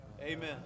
Amen